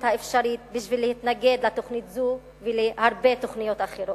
האפשרית בשביל להתנגד לתוכנית זו ולהרבה תוכניות אחרות?